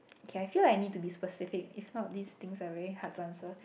okay I feel I need to be specific if not these things are very hard to answer